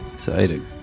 Exciting